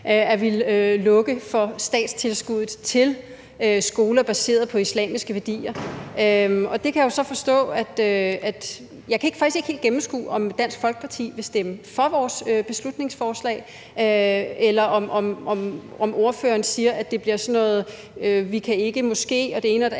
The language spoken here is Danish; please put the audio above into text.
at ville lukke for statstilskuddet til skoler baseret på islamiske værdier. Jeg kan faktisk ikke helt gennemskue, om Dansk Folkeparti vil stemme for vores beslutningsforslag, eller om ordføreren siger, at det bliver sådan noget: Vi kan ikke, eller vi kan måske, og det ene og det andet